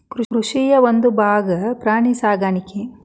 ಕೃಷಿಯ ಒಂದುಭಾಗಾ ಪ್ರಾಣಿ ಸಾಕಾಣಿಕೆ